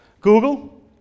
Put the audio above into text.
Google